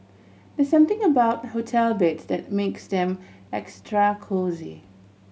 there's something about hotel beds that makes them extra cosy